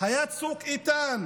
היה צוק איתן,